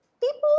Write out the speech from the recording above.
People